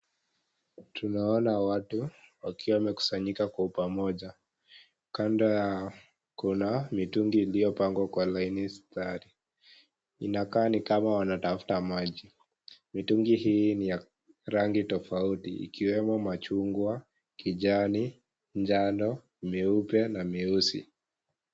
Tunaona watu, wakiwa wamekusanyika kwa pamoja. Kando yao, kuna mitungi iliyopangwa kwa laini stari. Inakaa ni kama wanatafuta maji. Mitungi hii ni ya rangi tofauti, ikiwemo machungwa, kijani, njano, mieupe na mieusi.